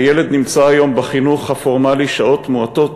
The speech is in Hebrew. הילד נמצא היום בחינוך הפורמלי שעות מועטות,